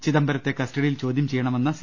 ചിദംബരത്തെ കസ്റ്റഡിയിൽ ചോദ്യംചെയ്യണമെന്ന സി